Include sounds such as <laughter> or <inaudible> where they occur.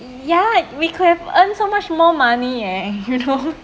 ya we could have earn so much more money eh you know <laughs>